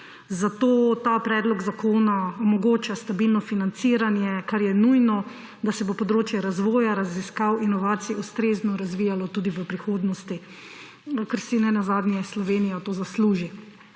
Zato ta predlog zakona omogoča stabilno financiranje, kar je nujno, da se bo področje razvoja, raziskav, inovacij ustrezno razvijalo tudi v prihodnosti, ker si nenazadnje Slovenija to zasluži,